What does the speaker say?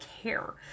care